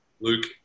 Luke